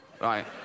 Right